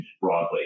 broadly